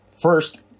first